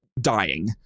dying